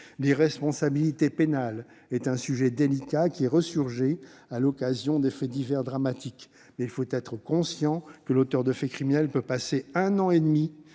L'irresponsabilité pénale est un sujet délicat qui resurgit à l'occasion de faits divers dramatiques, mais il faut être conscient que l'auteur de faits criminels peut passer un an et demi